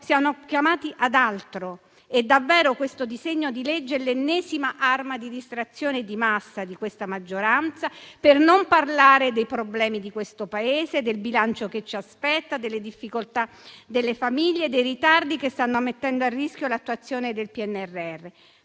siamo chiamati ad altro e davvero questo disegno di legge è l'ennesima arma di distrazione di massa di questa maggioranza per non parlare dei problemi di questo Paese, del bilancio che ci aspetta, delle difficoltà delle famiglie e dei ritardi che stanno mettendo a rischio l'attuazione del PNRR.